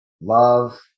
love